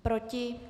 Proti?